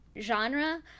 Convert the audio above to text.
genre